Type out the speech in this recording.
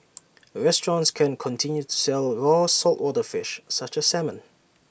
restaurants can continue to sell raw saltwater fish such as salmon